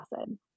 acid